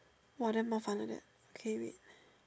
!wah! damn 麻烦 like that eh wait